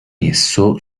esso